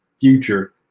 future